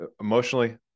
emotionally